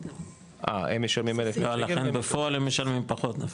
לכן בפועל הם משלמים פחות דווקא,